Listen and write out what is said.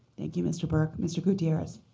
thank you, mr. burke. mr. gutierrez.